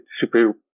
super